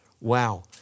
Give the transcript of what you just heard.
Wow